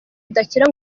idakira